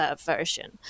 version